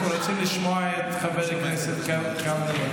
אנחנו רוצים לשמוע את חבר הכנסת קלנר.